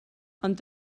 ond